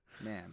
Man